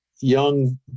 young